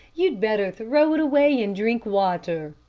you'd better throw it away and drink water.